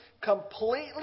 completely